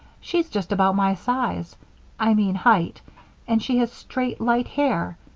she's just about my size i mean height and she has straight, light hair.